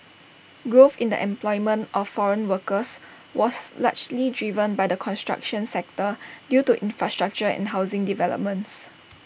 growth in the employment of foreign workers was largely driven by the construction sector due to infrastructure and housing developments